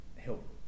help